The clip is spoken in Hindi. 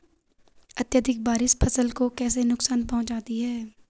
अत्यधिक बारिश फसल को कैसे नुकसान पहुंचाती है?